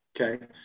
okay